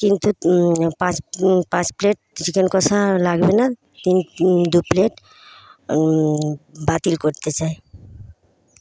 কিন্তু পাঁচ পাঁচ প্লেট চিকেন কষা লাগবে না তিন দু প্লেট বাতিল করতে চাই